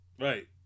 Right